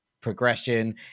progression